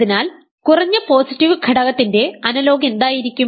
അതിനാൽ കുറഞ്ഞ പോസിറ്റീവ് ഘടകത്തിന്റെ അനലോഗ് എന്തായിരിക്കും